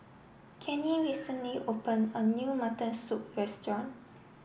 Cannie recently open a new mutton soup restaurant